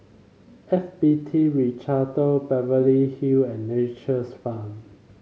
F B T Ricardo Beverly Hill and Nature's Farm